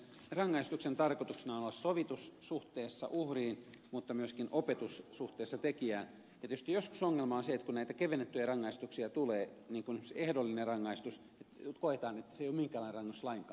rangaistuksen tarkoituksena on olla sovitus suhteessa uhriin mutta myöskin opetus suhteessa tekijään ja tietysti joskus ongelma on se että kun näitä kevennettyjä rangaistuksia tulee niin kuin esimerkiksi ehdollinen rangaistus koetaan että se ei ole minkäänlainen rangaistus lainkaan